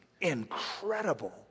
incredible